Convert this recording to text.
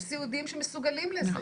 יש סיעודיים שמסוגלים לזה,